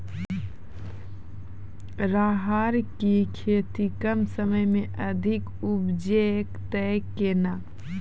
राहर की खेती कम समय मे अधिक उपजे तय केना?